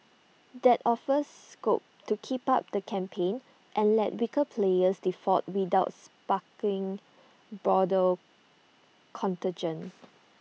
that offers scope to keep up the campaign and let weaker players default without sparking broader contagion